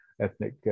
ethnic